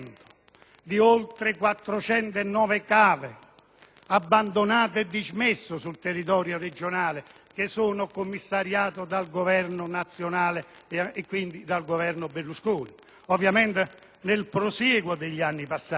di oltre 409 cave, abbandonate e dismesse sul territorio regionale, commissariate dal Governo nazionale, e quindi dal Governo Berlusconi, ovviamente nel corso degli anni passati.